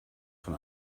von